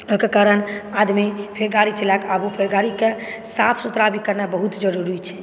ओहि के कारण आदमी फेर गाड़ी चला के आबूँ फेर गाड़ी के साफ़ सुथरा भी करनाइ बहुत ज़रूरी छै